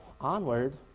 onward